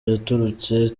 yaturutse